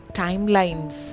timelines